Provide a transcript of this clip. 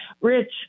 Rich